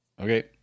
Okay